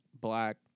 black